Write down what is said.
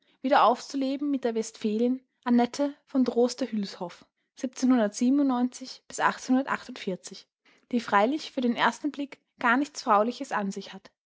wieder aufzuleben mit der westfälin annette von hügels hoff die freilich für den ersten blick gar nichts frauliches an sich hat